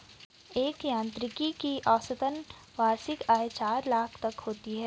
एक यांत्रिकी की औसतन वार्षिक आय चार लाख तक की होती है